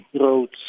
roads